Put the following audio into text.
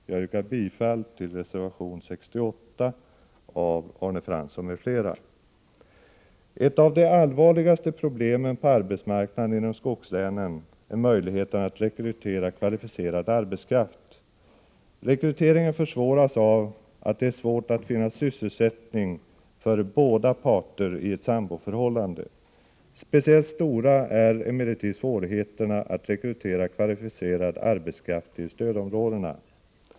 Jag yrkar alltså bifall till reservation 68 av Arne Fransson m.fl. Ett av de allvarligaste problemen på arbetsmarknaden inom skogslänen är möjligheterna att rekrytera kvalificerad arbetskraft. Rekryteringen försvåras av att det är svårt att finna sysselsättning för båda parter i ett samboförhållande. Speciellt stora är emellertid svårigheterna att rekrytera kvalificerad arbetskraft till stödområdena.